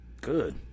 Good